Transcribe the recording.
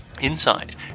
Inside